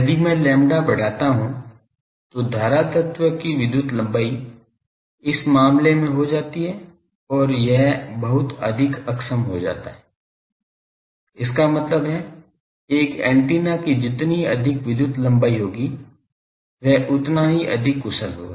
यदि मैं lambda बढ़ाता हूं तो धारा तत्व की विद्युत लंबाई इस मामले में हो जाती है और यह बहुत अधिक अक्षम जाता है इसका मतलब है एक एंटीना की जितनी अधिक विद्युत लंबाई होगी वह उतना ही अधिक कुशल होगा